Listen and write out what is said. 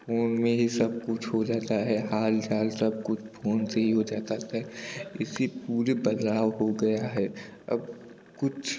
phone में ही सबकुछ हो जाता है हालचाल सबकुछ फ़ोन से ही हो जाता है इसी पूरे बदलाव हो गया है अब कुछ